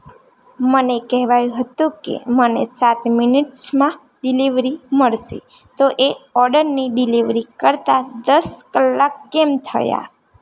મને કહેવાયું હતું કે મને સાત મિનીટ્સમાં ડિલિવરી મળશે તો એ ઓર્ડરની ડિલિવરી કરતાં દસ કલાક કેમ થયા